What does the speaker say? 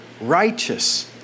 righteous